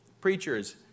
preachers